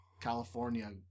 california